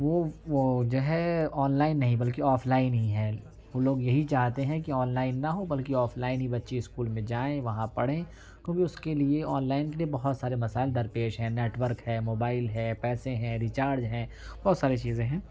وہ جو ہے آن لائن نہیں بلکہ آف لائن ہی ہے وہ لوگ یہی چاہتے ہیں کہ آن لائن نہ ہو بلکہ آف لائن ہی بچے اسکول میں جائیں وہاں پڑھیں کیونکہ اس کے لیے آن لائن کے لیے بہت سارے مسائل درپیش ہیں نیٹورک ہے موبائل ہے پیسے ہیں ریچارج ہے بہت ساری چیزیں ہیں